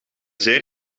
zeer